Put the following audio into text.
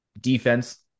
defense